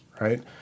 right